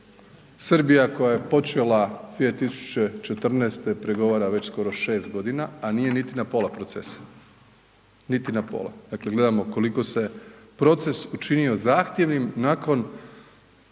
Srbija koja je počela 2014., pregovara već skoro 6 g. a nije niti na pola procesa. Niti na pola. Dakle gledamo koliko se proces učinio zahtjevnim nakon